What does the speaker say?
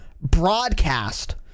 broadcast